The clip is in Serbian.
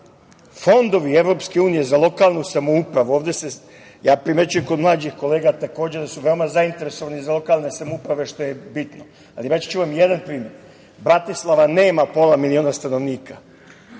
Fondovi EU za lokalnu samoupravu, primećujem kod mlađih kolega takođe da su veoma zainteresovani za lokalne samouprave, što je bitno, ali reći ću vam jedan primer – Bratislava nema pola miliona stanovnika,